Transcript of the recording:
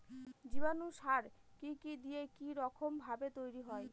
জীবাণু সার কি কি দিয়ে কি রকম ভাবে তৈরি হয়?